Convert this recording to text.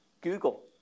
Google